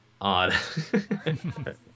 odd